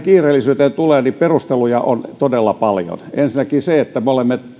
kiireellisyyteen tulee niin perusteluja on todella paljon ensinnäkin se että me olemme